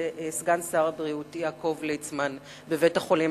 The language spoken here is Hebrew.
סגן שר הבריאות יעקב ליצמן בבית-החולים.